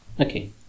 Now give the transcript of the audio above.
Okay